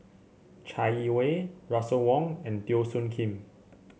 Chai Yee Wei Russel Wong and Teo Soon Kim